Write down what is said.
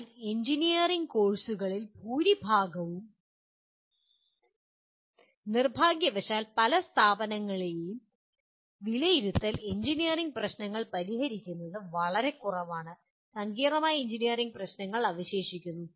എന്നാൽ എഞ്ചിനീയറിംഗ് കോഴ്സുകളിൽ ഭൂരിഭാഗവും ഈ ഫലത്തെ അഭിസംബോധന ചെയ്തേക്കാം പക്ഷേ നിർഭാഗ്യവശാൽ പല സ്ഥാപനങ്ങളിലെയും വിലയിരുത്തൽ എഞ്ചിനീയറിംഗ് പ്രശ്നങ്ങൾ പരിഹരിക്കുന്നതിന് വളരെ കുറവാണ് സങ്കീർണ്ണമായ എഞ്ചിനീയറിംഗ് പ്രശ്നങ്ങൾ അവശേഷിക്കുന്നു